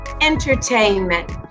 entertainment